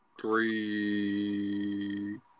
three